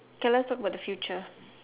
K let's talk about the future